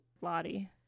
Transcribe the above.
Lottie